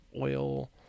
oil